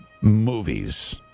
movies